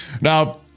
Now